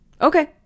Okay